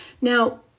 now